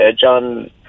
John